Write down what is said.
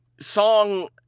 song